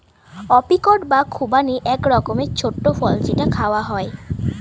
apricot বা খুবানি এক রকমের ছোট্ট ফল যেটা খাওয়া হয়